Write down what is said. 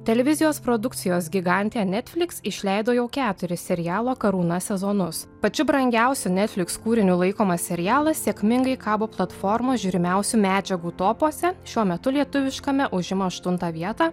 televizijos produkcijos gigantė netfliks išleido jau keturis serialo karūna sezonus pačiu brangiausiu netfliks kūriniu laikomas serialas sėkmingai kabo platformos žiūrimiausių medžiagų topuose šiuo metu lietuviškame užima aštuntą vietą